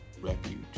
refuge